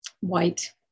white